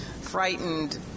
frightened